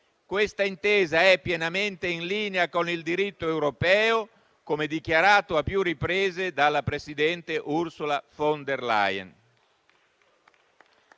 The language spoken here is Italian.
questa intesa è pienamente in linea con il diritto europeo, come dichiarato a più riprese dalla presidente Ursula von der Leyen.